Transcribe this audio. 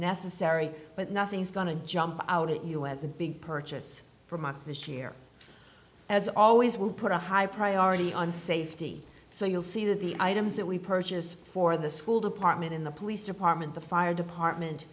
necessary but nothing's going to jump out at you as a big purchase from us this year as always we put a high priority on safety so you'll see the items that we purchased for the school department in the police department the fire department